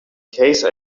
case